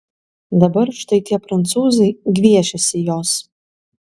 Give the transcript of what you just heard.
dabar štai tie prancūzai gviešiasi jos